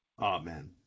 amen